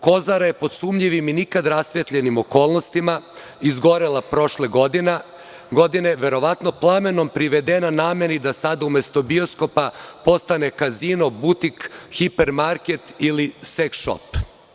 Kozara“ je pod sumnjivim i nikad rasvetljenim okolnostima izgorela prošle godine, verovatno plamenom privedena nameni da sa umesto bioskopa postane kazino, butik, hiper market ili seks šop.